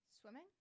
Swimming